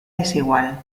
desigual